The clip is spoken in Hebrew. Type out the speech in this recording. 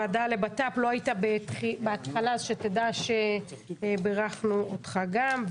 לא היית בהתחלה, שתדע שבירכנו גם אותך.